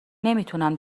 نمیتونم